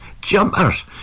jumpers